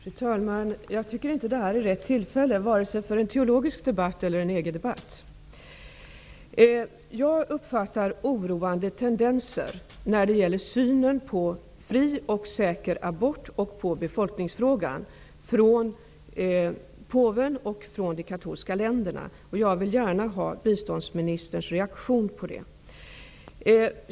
Fru talman! Jag tycker inte att detta är rätt tillfälle, vare sig för en teologisk debatt eller en EU-debatt. Jag uppfattar oroande tendenser när det gäller synen på fri och säker abort och på befolkningsfrågan från påven och i de katolska länderna. Jag vill gärna ha biståndsministerns reaktion på detta.